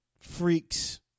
freaks